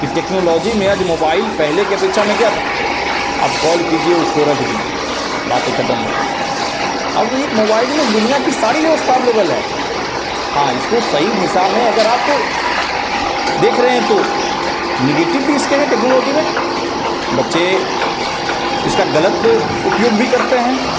कि टेक्नोलॉजी में आज मोबाइल पहले की अपेक्षा में क्या था आप कॉल कीजिए उसको रख दीजिए बातें ख़त्म हो गई अब एक मोबाइल में दुनिया की सारी व्यवस्था अव्लेब्ल है हाँ इसको सही दिशा में अगर आप देख रहें तो निगेटिब भी इसके है टेक्नोलॉजी में बच्चे इसका ग़लत उपयोज भी करते हैं